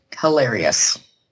Hilarious